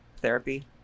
therapy